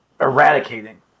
eradicating